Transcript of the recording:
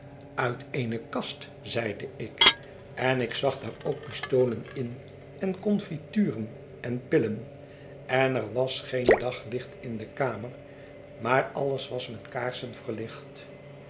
uit eene kast zeide ik en ik zag daar ook pistolen in en confituren en pillen en er was geen daglicht in de kamer maar alles was met kaarsen verlicht